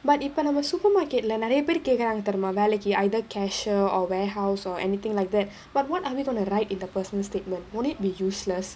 but இப்ப நம்ம:ippa namma supermarket lah நறைய பேர் கேக்குறாங்க தெர்மா:naraiya paer kaekkuraanga thermaa either cashier or warehouse or anything like that but what are we going to write in the personal statement won't it be useless